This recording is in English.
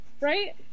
right